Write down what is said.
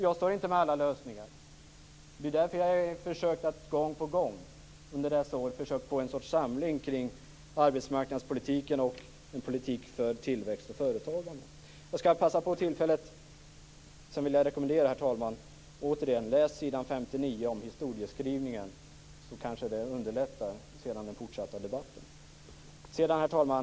Jag står inte med alla lösningar. Det är därför som jag gång på gång under dessa år har försökt att få en samling kring arbetsmarknadspolitiken och en politik för tillväxt och företagande. Sedan vill jag återigen rekommendera Johnny Ahlqvist att läsa s. 59 om historieskrivningen. Det underlättar kanske den fortsatta debatten. Herr talman!